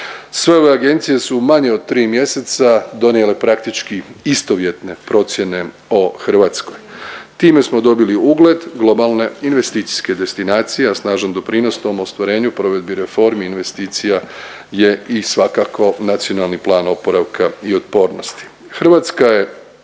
Sve ove agencije su manje od tri mjeseca donijele praktički istovjetne procjene o Hrvatskoj, time smo dobili ugled globalne investicijske destinacije, a snažan doprinos tom ostvarenju provedbi reformi investicija je i svakako NPOO. Hrvatska je